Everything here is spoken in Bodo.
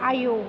आयौ